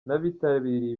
n’abitabiriye